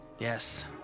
Yes